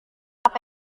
apa